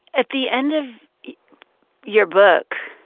at the end of your book,